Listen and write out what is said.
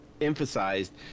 emphasized